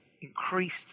increased